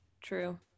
True